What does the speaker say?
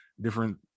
different